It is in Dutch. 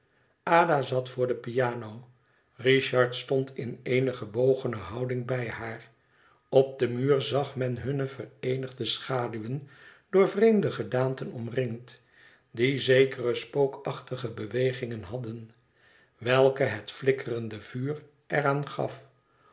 zat voor de piano richard stond in eene gebogene houding bij haar op den muur zag men hunne vereenigde schaduwen door vreemde gedaanten omringd die zekere spookachtige beweging hadden welke het flikkerende vuur er